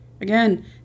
Again